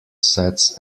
sets